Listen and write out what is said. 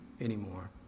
anymore